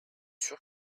sûr